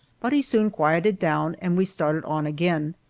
but he soon quieted down and we started on again.